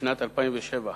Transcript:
בשנת 2007,